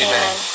Amen